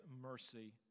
mercy